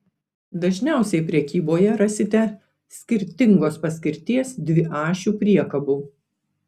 dažniausiai prekyboje rasite skirtingos paskirties dviašių priekabų